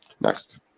next